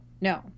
No